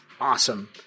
Awesome